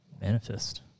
manifest